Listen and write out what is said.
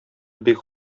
бик